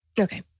okay